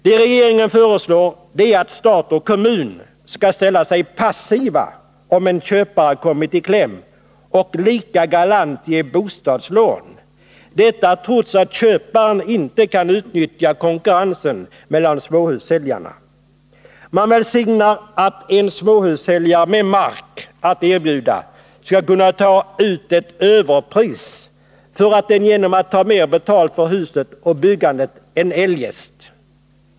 Det regeringen föreslår, det är att stat och kommun skall ställa sig passiva om en köpare kommit i kläm och lika galant ge bostadslån — detta trots att köparen inte kan utnyttja konkurrensen mellan småhussäljarna. Man välsignar att en småhussäljare med mark att erbjuda skall kunna ta ut ett överpris för denna genom att ta mer betalt för huset och byggandet än eljest.